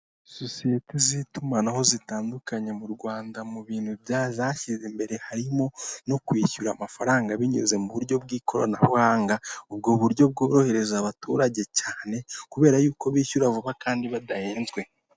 Uyu ni umugore ubona usa nk'ukuze afite ibyishimo ku maso he ari guseka, yambaye ikanzu y'umutuku irimo umweru hagati, umusatsi we urasokoje urabona ko ugaragara neza cyane.